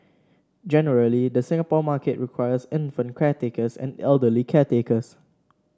generally the Singapore market requires infant caretakers and elderly caretakers